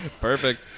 perfect